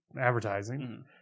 advertising